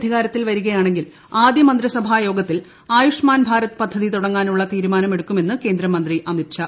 അധികാരത്തിൽ വരികയാണെ ങ്കിൽ ആദ്യ മന്ത്രിസഭാ യോഗ്ഗത്തിൽ ആയുഷ്മാൻ ഭാരത് പദ്ധതി തുടങ്ങാനുള്ള തീരുമാനമെടുക്കുമെന്ന് കേന്ദ്ര മന്ത്രി അമിത്ഷാ